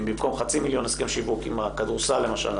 במקום חצי מיליון הסכם שיווק עם הכדורסל למשל,